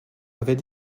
avait